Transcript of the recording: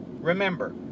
remember